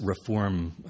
reform